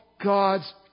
God's